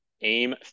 aim